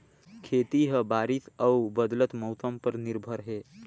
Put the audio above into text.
खेती ह बारिश अऊ बदलत मौसम पर निर्भर हे